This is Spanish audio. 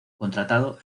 contratado